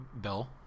Bill